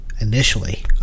initially